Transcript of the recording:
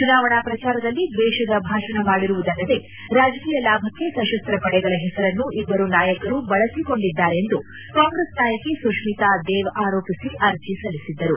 ಚುನಾವಣಾ ಶ್ರಚಾರದಲ್ಲಿ ದ್ವೇಷದ ಭಾಷಣ ಮಾಡಿರುವುದಲ್ಲದೆ ರಾಜಕೀಯ ಲಾಭಕ್ಕೆ ಸಶಸ್ತಪಡೆಗಳ ಹೆಸರನ್ನು ಇಬ್ಲರು ನಾಯಕರು ಬಳಸಿಕೊಂಡಿದ್ದಾರೆಂದು ಕಾಂಗ್ರೆಸ್ ನಾಯಕಿ ಸುಶ್ಮಿತಾ ದೇವ್ ಆರೋಪಿಸಿ ಅರ್ಜಿ ಸಲ್ಲಿಸಿದ್ದರು